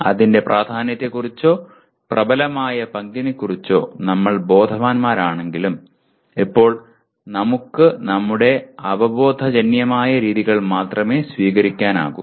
അതിന്റെ പ്രാധാന്യത്തെക്കുറിച്ചോ പ്രബലമായ പങ്കിനെക്കുറിച്ചോ നമ്മൾ ബോധവാന്മാരാണെങ്കിലും ഇപ്പോൾ നമുക്ക് നമ്മുടെ അവബോധജന്യമായ രീതികൾ മാത്രമേ സ്വീകരിക്കാനാകൂ